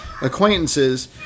acquaintances